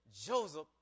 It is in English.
Joseph